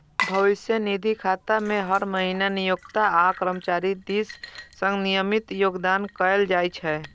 भविष्य निधि खाता मे हर महीना नियोक्ता आ कर्मचारी दिस सं नियमित योगदान कैल जाइ छै